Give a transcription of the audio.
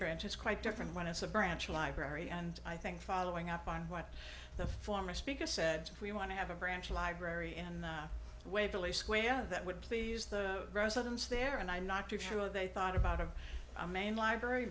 branch it's quite different when it's a branch library and i think following up on what the former speaker said we want to have a branch library in waverly square that would please the residents there and i'm not too sure they thought about of a main library